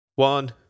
One